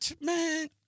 Man